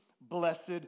blessed